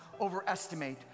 overestimate